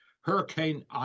hurricane